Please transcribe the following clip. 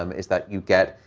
um is that you get.